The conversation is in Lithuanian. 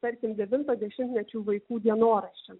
tarkim devinto dešimtmečių vaikų dienoraščiam